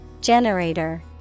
Generator